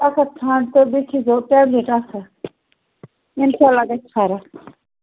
اَکھ اَکھ ٹھانٛڈٕ تہٕ بیٚیہِ کھیٚزیٚو ٹیبلٹ اَکھ اَکھ اِنشاء اللہ گَژھِ فَرَق